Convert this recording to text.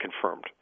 confirmed